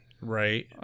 right